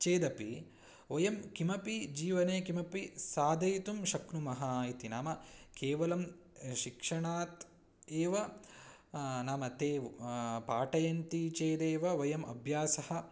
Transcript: चेदपि वयं किमपि जीवने किमपि साधयितुं शक्नुमः इति नाम केवलं शिक्षणात् एव नाम ते पाठयन्ति चेदेव वयम् अभ्यासः